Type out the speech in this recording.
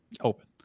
open